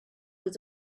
was